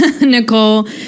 Nicole